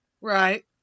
Right